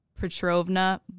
petrovna